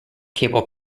cable